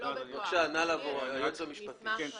אשמח להגיב.